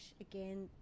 again